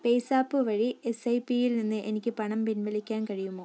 PayZapp വഴി S I പിയിൽ നിന്ന് എനിക്ക് പണം പിൻവലിക്കാൻ കഴിയുമോ